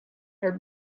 her